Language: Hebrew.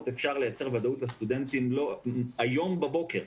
אפשר לייצר ודאות לסטודנטים היום בבוקר.